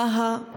טאהא,